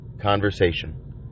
conversation